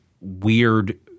weird